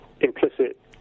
implicit